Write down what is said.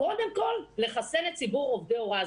קודם כול לחסן את ציבור עובדי ההוראה.